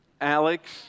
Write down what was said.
Alex